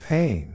Pain